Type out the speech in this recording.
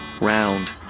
round